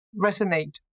resonate